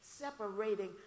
separating